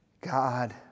God